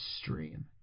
stream